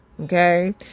Okay